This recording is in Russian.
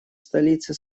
столице